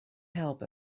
help